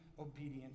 Obedient